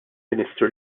ministru